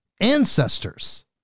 ancestors